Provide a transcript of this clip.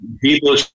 people